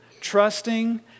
trusting